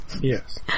Yes